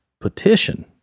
petition